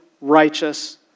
righteous